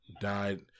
died